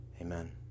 Amen